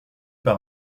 par